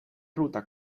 ruta